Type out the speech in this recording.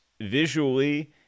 visually